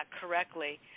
correctly